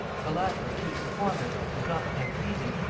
the latter accused the former, and not without reason,